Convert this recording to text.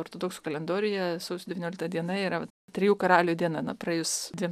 ortodoksų kalendoriuje sausio devyniolikta diena yra trijų karalių diena na praėjus dviem